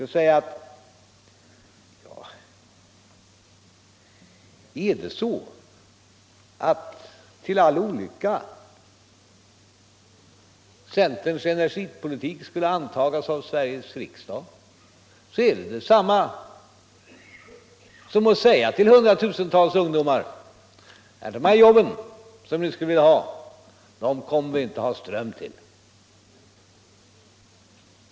Jag tvingas ju säga att om, till all olycka, centerns energipolitik skulle antagas av Sveriges riksdag, skulle det vara detsamma som att enkelt och rätt fram tala om för hundratusentals ungdomar: De jobb som ni skulle vilja ha kommer vi inte att ha ström till.